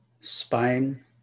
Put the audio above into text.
spine